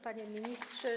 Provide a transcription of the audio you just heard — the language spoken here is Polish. Panie Ministrze!